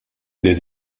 des